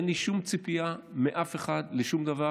אין לי שום ציפייה מאף אחד לשום דבר,